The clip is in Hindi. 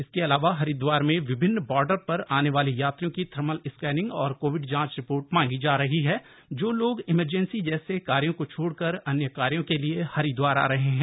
इसके अलावा हरिद्वार में विभिन्न बॉर्डर पर आने वाले यात्रियों की थर्मल स्कैनिंग और कोविड जांच रिपोर्ट मांगी जा रही है जो लोग इमरजेंसी जैसे कार्यों को छोड़कर अन्य कार्यो के लिए हरिद्वार आ रहे हैं